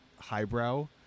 highbrow